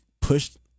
pushed